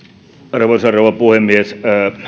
arvoisa rouva puhemies